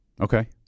Okay